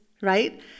right